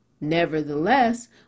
Nevertheless